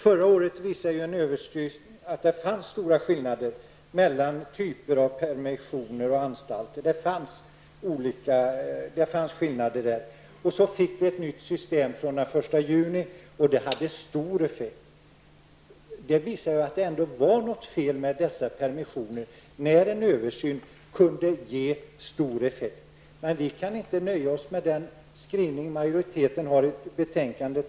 Förra året, det visar en översyn, fanns det stora skillnader mellan olika typer av permissioner och anstalter. Den 1 juni fick vi ett nytt system som har haft stor effekt. Det visar väl ändå på brister i fråga om permissionerna. Vi kan inte låta oss nöja med den majoritetsskrivning som finns i betänkandet.